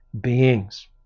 beings